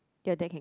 your dad can